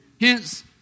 Hence